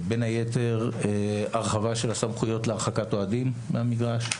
בין היתר הרחבה של הסמכויות להרחקת אוהדים מהמגרש,